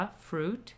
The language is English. Fruit